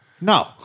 no